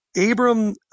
Abram